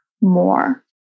more